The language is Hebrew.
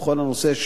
ובכל הנושא,